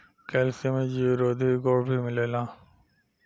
calcium में जीवरोधी गुण भी मिलेला